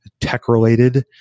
tech-related